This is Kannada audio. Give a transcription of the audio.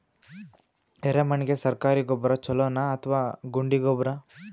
ಎರೆಮಣ್ ಗೆ ಸರ್ಕಾರಿ ಗೊಬ್ಬರ ಛೂಲೊ ನಾ ಅಥವಾ ಗುಂಡಿ ಗೊಬ್ಬರ?